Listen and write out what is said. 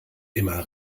immer